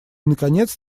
наконец